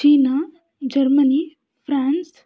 China Germany France